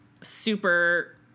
super